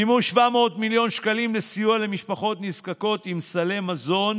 מימוש 700 מיליון שקלים לסיוע למשפחות נזקקות עם סלי מזון,